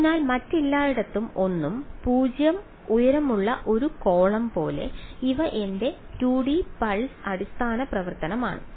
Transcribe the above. അതിനാൽ മറ്റെല്ലായിടത്തും 1 0 ഉയരമുള്ള ഒരു കോളം പോലെ ഇവ എന്റെ 2D പൾസ് അടിസ്ഥാന പ്രവർത്തനമാണ്